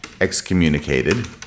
excommunicated